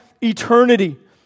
eternity